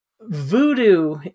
voodoo